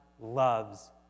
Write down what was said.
loves